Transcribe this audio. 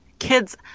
kids